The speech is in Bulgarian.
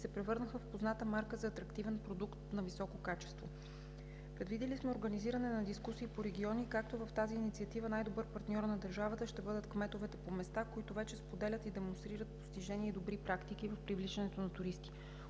се превърнаха в позната марка за атрактивен продукт на високо качество. Предвидили сме организиране на дискусии по региони, като в тази инициатива най-добър партньор на държавата ще бъдат кметовете по места, които вече споделят и демонстрират постижения и добри практики в привличането на туристи.